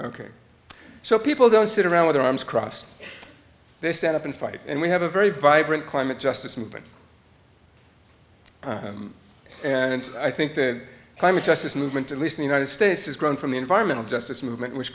ok so people don't sit around with their arms crossed they stand up and fight and we have a very vibrant climate justice movement and i think the climate justice movement at least the united states has grown from the environmental justice movement which